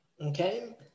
Okay